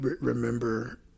remember